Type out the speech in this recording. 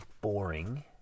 boring